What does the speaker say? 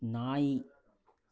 ನಾಯಿ